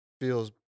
feels